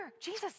Jesus